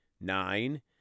Nine